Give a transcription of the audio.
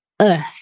earth